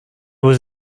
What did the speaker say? was